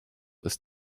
ist